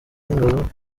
n’ingabo